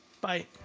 Bye